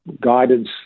guidance